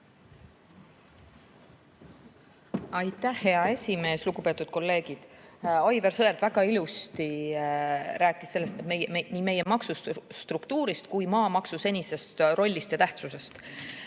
Aitäh, hea esimees! Lugupeetud kolleegid! Aivar Sõerd väga ilusti rääkis nii meie maksustruktuurist kui ka maamaksu senisest rollist ja tähtsusest.